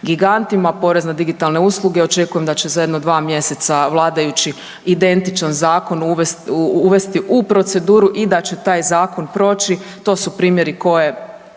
gigantima, porez na digitalne usluge. Očekujem da će za jedno dva mjeseca vladajući identičan zakon uvesti u proceduru i da će taj zakon proći. To su primjeri koje